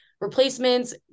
replacements